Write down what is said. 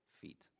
feet